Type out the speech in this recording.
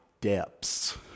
depths